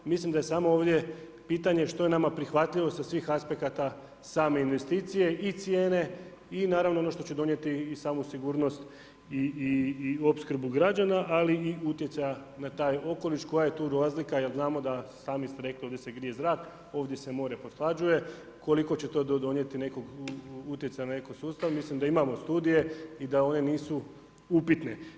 Mislim da je samo ovdje pitanje što je nama prihvatljivo sa svih aspekata same investicije i cijene i naravno ono što će donijeti i samu sigurnost i opskrbu građana, ali i utjecaja na taj okoliš, koja je tu razlika jer znamo da, sami ste rekli, ovdje se grije zrak, ovdje se more pothlađuje, koliko će to donijeti nekog utjecaja na eko sustav, mislim da imamo studije i da one nisu upitne.